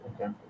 Okay